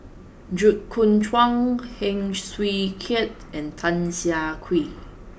Jit Koon Ch'ng Heng Swee Keat and Tan Siah Kwee